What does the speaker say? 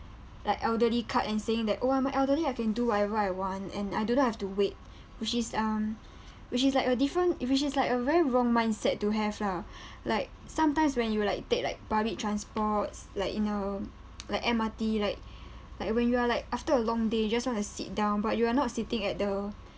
like elderly card and saying that oh I'm an elderly I can do whatever I want and I do not have to wait which is um which is like a different it which is like a very wrong mindset to have lah like sometimes when you like take like public transports like you know like M_R_T like like when you are like after a long day you just want to sit down but you are not sitting at the